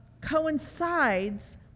coincides